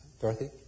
Dorothy